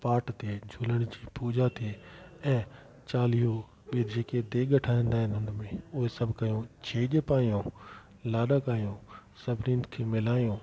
पाठ थिए झूलण जी पूजा थिए ऐं चालीहो भई जेके देघ ठहंदा आहिनि हुन में उहे सभु कयूं छेॼ पायूं लाॾा गायूं सभिनीनि खे मिलायूं